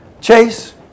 Chase